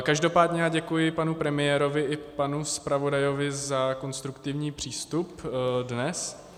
Každopádně děkuji panu premiérovi i panu zpravodaji za konstruktivní přístup dnes.